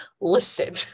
Listen